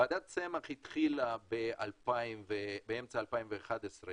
ועדת צמח התחילה באמצע 2011,